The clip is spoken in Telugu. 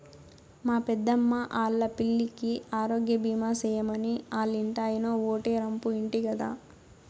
మా పెద్దమ్మా ఆల్లా పిల్లికి ఆరోగ్యబీమా సేయమని ఆల్లింటాయినో ఓటే రంపు ఇంటి గదా